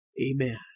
amen